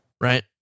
right